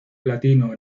platino